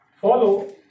follow